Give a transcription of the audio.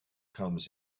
comes